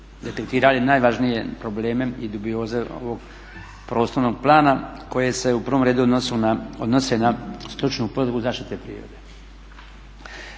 detektirali najvažnije probleme i dubioze ovog prostornog plana koje se u prvom redu odnose na stručnu podlogu zaštite prirode.